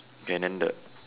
okay then the